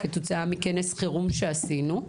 כתוצאה מכנס חירום שעשינו,